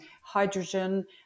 hydrogen